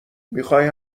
میخای